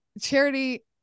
charity